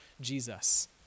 Jesus